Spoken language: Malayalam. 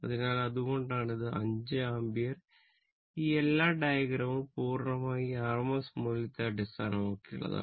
അതിനാൽ അതുകൊണ്ടാണ് ഇത് 5 ആമ്പിയർ ഈ എല്ലാ ഡയഗ്രാമും പൂർണ്ണമായും ഈ rms മൂല്യത്തെ അടിസ്ഥാനമാക്കിയുള്ളതാണ്